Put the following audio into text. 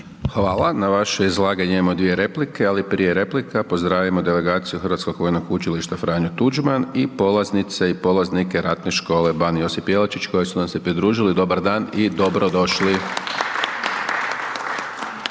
Hvala. Na vaše izlaganje imamo dvije replike, ali prije replika pozdravimo delegaciju Hrvatskog vojnog učilišta Franjo Tuđman i polaznice i polaznike Ratne škole Ban Josip Jelačić koji su nam se pridružili. Dobar dan i dobro došli!